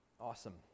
Awesome